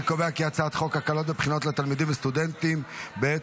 הצעת חוק הקלות בבחינות לתלמידים וסטודנטים בעת